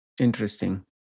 Interesting